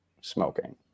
smoking